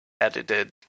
Edited